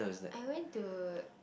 I went to